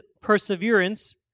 perseverance